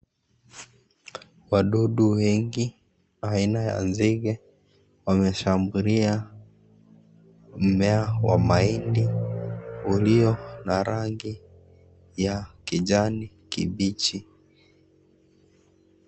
Wadudu wengi wa aina ya nzige wamesambulia mmea wa mahindi ulio na rangi ya kijani kibichi.